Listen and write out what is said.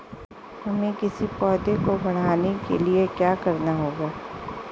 हमें किसी पौधे को बढ़ाने के लिये क्या करना होगा?